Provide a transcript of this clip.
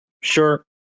sure